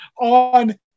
on